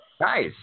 Nice